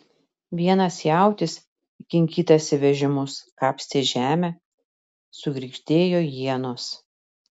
vienas jautis įkinkytas į vežimus kapstė žemę sugirgždėjo ienos